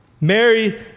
Mary